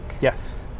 Yes